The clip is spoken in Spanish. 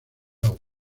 agua